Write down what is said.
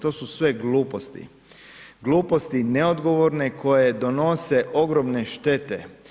To su sve gluposti, gluposti neodgovorne koje donose ogromne štete.